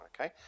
Okay